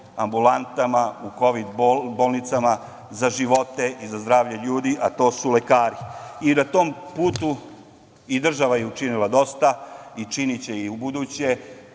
ambulantama, u kovid bolnicama za živote i za zdravlje ljudi, a to su lekari. Na tom putu i država je učinila dosta i čini će i ubuduće,